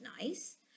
nice